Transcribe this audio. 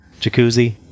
Jacuzzi